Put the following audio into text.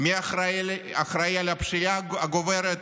מי אחראי לפשיעה הגוברת?